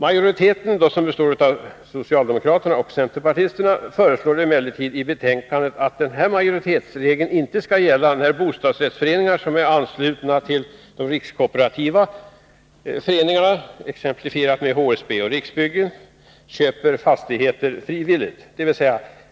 Majoriteten, bestående av socialdemokrater och centerpartister, föreslår emellertid i betänkandet att den här majoritetsregeln inte skall gälla när bostadsrättsföreningar som är anslutna till de rikskooperativa organisationerna, exemplifierat med HSB eller Riksbyggen, köper fastigheter frivilligt, dvs.